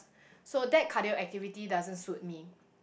so that cardio activity doesn't suit me